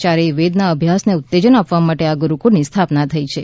યારેય વેદના અભ્યાસને ઉત્તેજન આપવા માટે આ ગુડુકુળની સ્થાપના થઈ છે